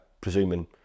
presuming